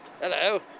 Hello